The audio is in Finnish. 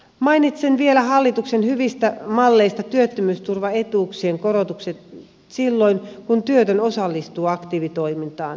mainitsen vielä hallituksen hyvistä malleista työttömyysturvaetuuksien korotukset silloin kun työtön osallistuu aktiivitoimintaan